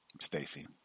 Stacey